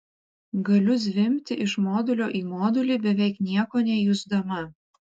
galiu zvimbti iš modulio į modulį beveik nieko nejusdama